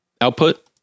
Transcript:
output